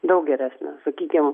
daug geresnė sakykim